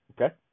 okay